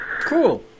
Cool